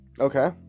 okay